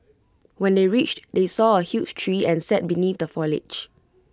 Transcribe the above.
when they reached they saw A huge tree and sat beneath the foliage